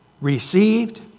received